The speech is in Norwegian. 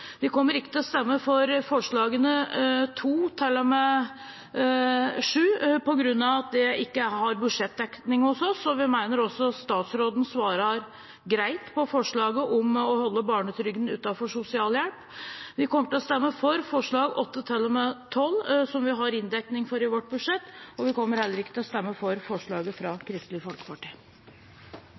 Vi kommer ikke til å stemme for forslagene nr. 2–7, på grunn av at dette ikke har budsjettdekning hos oss. Vi mener også at statsråden svarer greit på forslaget om å holde barnetrygden utenfor sosialhjelp. Vi kommer til å stemme for forslagene nr. 8–12, som vi har inndeknig for i vårt budsjett. Vi kommer ikke til å stemme for forslaget fra Kristelig Folkeparti.